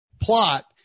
plot